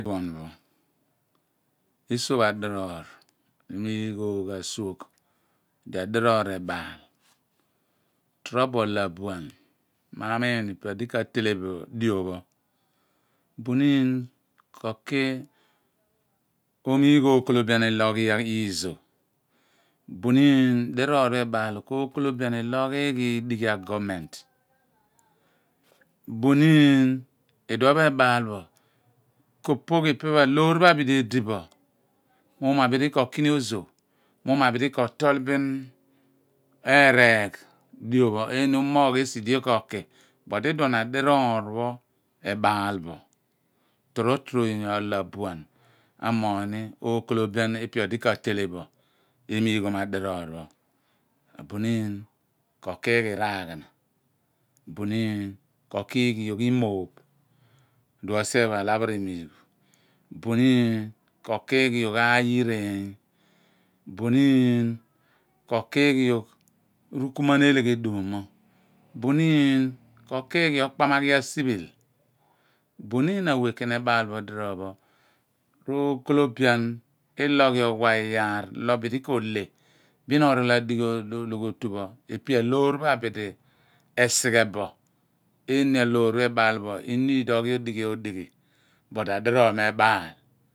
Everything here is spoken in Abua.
Iduon pho esoph adiroor emiigh oogh asuogh di adiroor rebaal torubo ohla buan ma miin ipe odi ka fele bo dio pho bumin ko ki oomigh okolobian ilo oghi ghi izoh buniin diroor di ebaal kookolobian ilo oghi ghi idighi agoment buniin iduon pho ebaal bo ko pogh ipi pho aloor pho abidi erol bo muum o abidi ko ki ni ozoh mumo abidi korol bin eeregh dio pho eeni amoogh esi di yoor ko ki bul iduon adiron pho ebaal bo torobo onyo abuan amoogh ni okolobiein ipe odi katele bo emiighon adiroor pho abu niin ko kughi raghana baniin ko ki ghi gogh imooph uluon sien pho ala pho remoogh bo buniin ko kiighi gogh oban i reeny bunim ko kighi gogh rukumuan eleghedum mo bunim ko kiighi okpamagho asiphil baniin awe ken ebaal bo drion pho rookolobian do oghi owa iyaar lo bieh ko ohle bin orol ologhi otu ipe aloor pho abidi esighe bo iinia a loor ebaal bo oneal oghi odighi odighi but adiroor me baal.